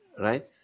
Right